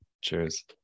Cheers